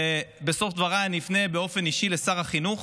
ובסוף דבריי אני אפנה באופן אישי לשר החינוך.